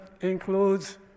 includes